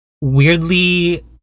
weirdly